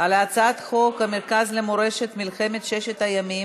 על הצעת חוק המרכז למורשת מלחמת ששת הימים,